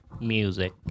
music